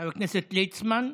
חבר הכנסת ליצמן,